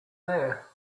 there